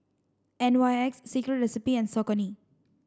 N Y X Secret Recipe and Saucony